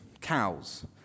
cows